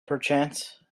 perchance